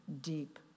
deep